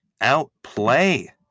Outplay